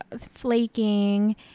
flaking